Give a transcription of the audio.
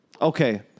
Okay